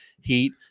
heat